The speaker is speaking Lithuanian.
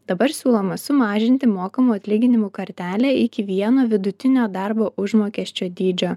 dabar siūloma sumažinti mokamų atlyginimų kartelę iki vieno vidutinio darbo užmokesčio dydžio